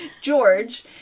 George